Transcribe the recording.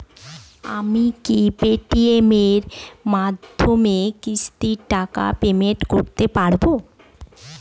আমি কি Paytm এর মাধ্যমে কিস্তির টাকা পেমেন্ট করতে পারব?